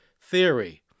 theory